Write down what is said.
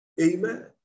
Amen